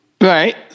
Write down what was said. Right